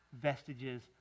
vestiges